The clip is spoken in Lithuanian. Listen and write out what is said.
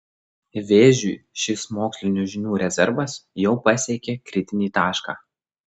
vėžiui šis mokslinių žinių rezervas jau pasiekė kritinį tašką